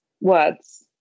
words